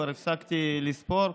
כבר הפסקתי לספור,